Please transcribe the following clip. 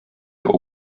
der